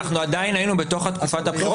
אנחנו עדיין היינו בתוך תקופת הבחירות.